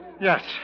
Yes